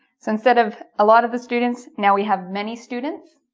so instead of a lot of the students now we have many students